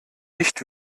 nicht